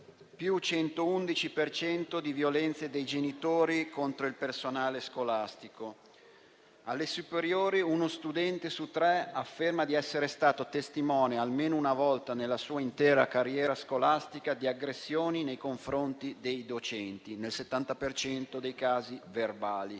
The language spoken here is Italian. per cento di violenze dei genitori contro il personale scolastico. Alle superiori uno studente su tre afferma di essere stato testimone, almeno una volta nella sua intera carriera scolastica, di aggressioni nei confronti dei docenti, nel 70 per cento dei casi verbali.